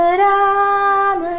Ram